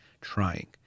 trying